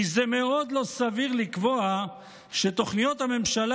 כי זה מאוד לא סביר לקבוע שתוכניות הממשלה